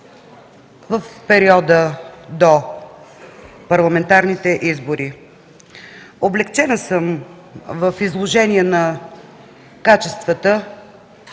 в периода до парламентарните избори. Облекчена съм в изложение на качествата